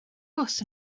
bws